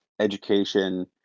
education